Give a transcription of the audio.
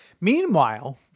Meanwhile